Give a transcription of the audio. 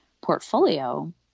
portfolio